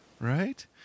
Right